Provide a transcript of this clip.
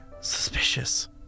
suspicious